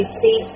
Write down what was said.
see